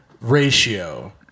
ratio